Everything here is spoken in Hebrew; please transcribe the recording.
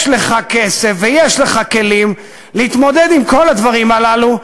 יש לך כסף ויש לך כלים להתמודד עם כל הדברים הללו.